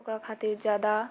ओकरा खातिर जादा